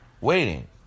Waiting